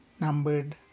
numbered